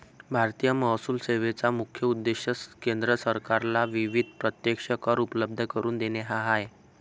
भारतीय महसूल सेवेचा मुख्य उद्देश केंद्र सरकारला विविध प्रत्यक्ष कर उपलब्ध करून देणे हा आहे